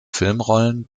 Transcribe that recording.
filmrollen